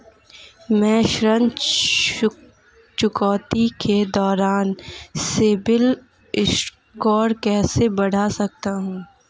मैं ऋण चुकौती के दौरान सिबिल स्कोर कैसे बढ़ा सकता हूं?